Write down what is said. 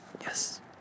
Yes